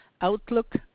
outlook